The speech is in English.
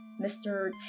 Mr